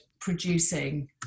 producing